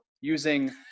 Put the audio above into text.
using